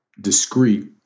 discrete